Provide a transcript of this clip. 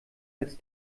als